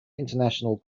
international